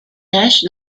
tâches